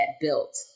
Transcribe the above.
built